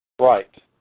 Right